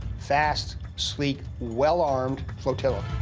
fast, sleek, well-armed flotilla.